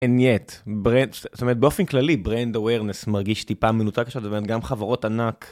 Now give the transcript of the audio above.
And yet, זאת אומרת באופן כללי, brain awareness מרגיש טיפה מנוצע כשאתה גם בחברות ענק.